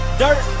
dirt